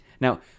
Now